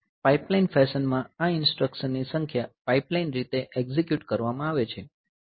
pipeline fashion માં આ ઇન્સટ્રકશનની સંખ્યા પાઇપલાઇન રીતે એકઝીક્યુટ કરવામાં આવે છે